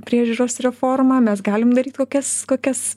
priežiūros reformą mes galim daryt kokias kokias